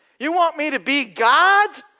you want me to be god?